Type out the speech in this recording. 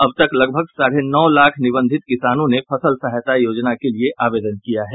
अब तक लगभग साढ़े नौ लाख निबंधित किसानों ने फसल सहायता योजना के लिये आवेदन किया है